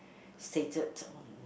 stated on